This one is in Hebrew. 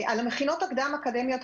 על המכינות הקדם-אקדמיות,